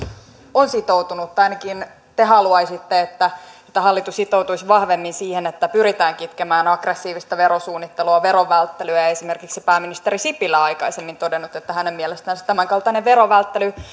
on sitoutunut tai ainakin te haluaisitte että hallitus sitoutuisi vahvemmin siihen että pyritään kitkemään aggressiivista verosuunnittelua verovälttelyä esimerkiksi pääministeri sipilä on aikaisemmin todennut että hänen mielestänsä tämänkaltainen verovälttely